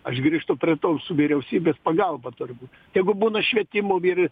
aš grįžtu prie to su vyriausybės pagalba turbūt tegu būna švietimo ir